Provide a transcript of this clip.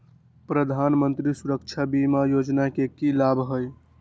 प्रधानमंत्री सुरक्षा बीमा योजना के की लाभ हई?